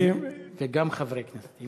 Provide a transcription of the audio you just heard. וגם חברי הכנסת.